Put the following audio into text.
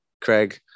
Craig